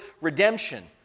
redemption